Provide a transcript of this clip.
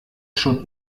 schon